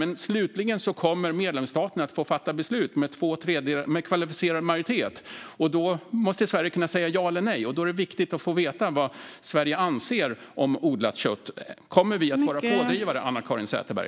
Men slutligen kommer medlemsstaterna att få fatta beslut med kvalificerad majoritet. Då måste Sverige kunna säga ja eller nej. Därför är det viktigt att få veta vad Sverige anser om odlat kött. Kommer vi att vara pådrivare, Anna-Caren Sätherberg?